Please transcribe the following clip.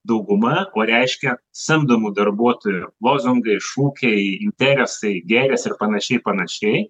dauguma o reiškia samdomų darbuotojų lozungai šūkiai interesai gėlės ir panašiai panašiai